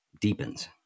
deepens